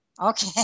Okay